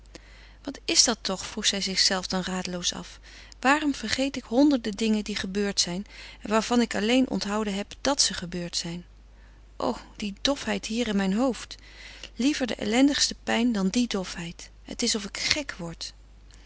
wat is dat toch vroeg zij zichzelve dan radeloos af waarom vergeet ik honderden dingen die gebeurd zijn en waarvan ik alleen onthouden heb dàt ze gebeurd zijn o die dofheid hier in mijn hoofd liever de ellendigste pijn dan die dofheid het is of ik gek word